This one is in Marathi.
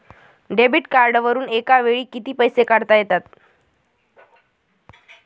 डेबिट कार्डवरुन एका वेळी किती पैसे काढता येतात?